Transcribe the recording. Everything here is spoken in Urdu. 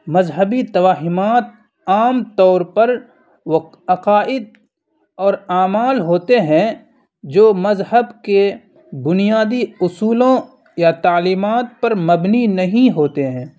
مذہبی توہمات عام طور پر وہ عقائد اور اعمال ہوتے ہیں جو مذہب کے بنیادی اصولوں یا تعلیمات پر مبنی نہیں ہوتے ہیں